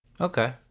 Okay